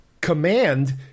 command